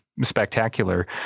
spectacular